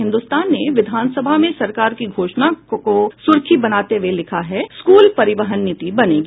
हिन्दुस्तान ने विधान सभा में सरकार की घोषणा को सुर्खी बनाते हुए लिखा है स्कूल परिवहन नीति बनेगी